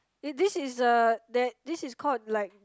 eh this is the that this is called like